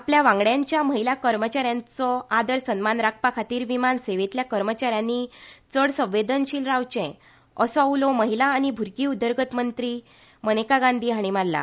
आपल्या वांगडच्या महिला कर्मच्या यांचो आदर सन्मान राखपा खातीर विमान सेवेंतल्या कर्मच्या यांनी चड संवेदनशील रावचें असो उलो महिला आनी भुरगीं उदरगत मंत्री मनेका गांधी हांणी मारला